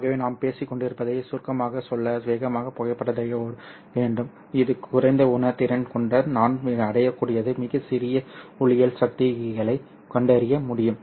ஆகவே நாம் பேசிக்கொண்டிருப்பதைச் சுருக்கமாகச் சொல்ல வேகமான புகைப்பட டையோடு வேண்டும் இது குறைந்த உணர்திறன் கொண்ட நான் அடையக்கூடியது மிகச் சிறிய ஒளியியல் சக்திகளைக் கண்டறிய முடியும்